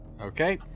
Okay